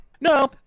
No